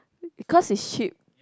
because is ship